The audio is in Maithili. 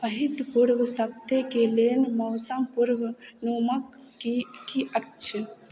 एहि पूर्व सप्ताहके लेल मौसम पूर्वानुमान की अछि